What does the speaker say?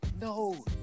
No